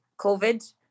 COVID